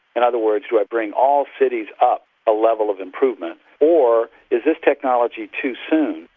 in other words, do i bring all cities up a level of improvement, or is this technology too soon,